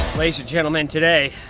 gentlemen, today,